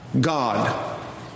God